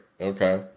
Okay